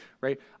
right